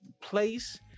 Place